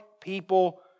people